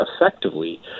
effectively